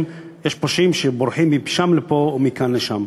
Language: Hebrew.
יש פושעים שבורחים משם לפה או מכאן לשם.